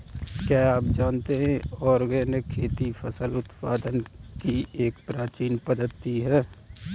क्या आप जानते है ऑर्गेनिक खेती फसल उत्पादन की एक प्राचीन पद्धति है?